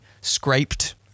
scraped